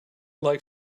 like